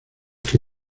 que